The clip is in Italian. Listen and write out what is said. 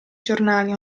giornali